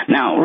Now